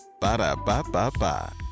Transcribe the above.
Ba-da-ba-ba-ba